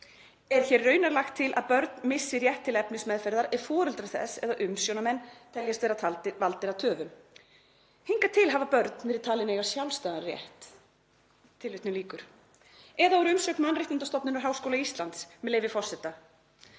„Er hér raunar lagt til að börn missi rétt til efnismeðferðar ef foreldrar þess eða umsjónarmenn teljast vera valdir að töfum. Hingað til hafa börn verið talin eiga sjálfstæðan rétt …“ Eða úr umsögn Mannréttindastofnunar Háskóla Íslands, með leyfi forseta: